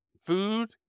food